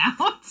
out